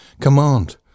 Command